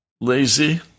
lazy